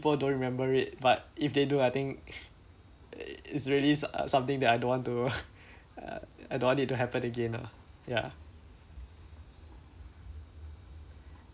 don't remember it but if they do I think it's really so~ something that I don't want to uh I don't want it to happen again lah ya